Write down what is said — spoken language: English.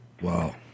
Wow